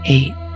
Eight